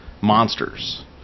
monsters